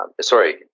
sorry